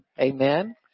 amen